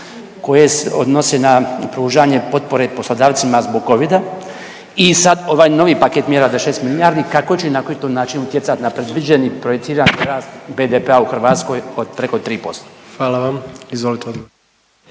koje se odnose na pružanje potpore poslodavcima zbog covida i sad ovaj novi paket mjera 26 milijardi kako će i na koji to način utjecat na predviđeni i projicirani rast BDP-a u Hrvatskoj od preko 3%? **Jandroković,